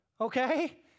okay